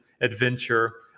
adventure